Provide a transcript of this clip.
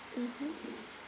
mmhmm